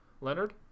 Leonard